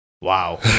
Wow